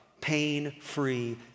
pain-free